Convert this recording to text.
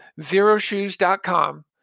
zeroshoes.com